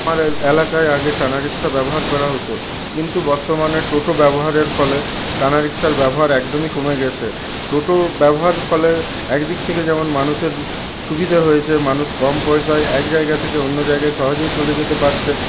আমাদের এলাকায় আগে টানা রিকশা ব্যবহার করা হতো কিন্তু বর্তমানে টোটো ব্যবহারের ফলে টানা রিকশার ব্যবহার একদমই কমে গেছে টোটো ব্যবহারের ফলে একদিক থেকে যেমন মানুষের সুবিধা হয়েছে মানুষ কম পয়সায় এক জায়গা থেকে অন্য জায়গায় সহজেই চলে যেতে পারছে